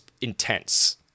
intense